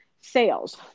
sales